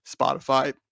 Spotify